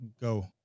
go